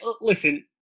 listen